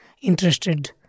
interested